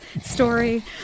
story